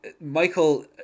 Michael